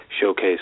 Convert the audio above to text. showcase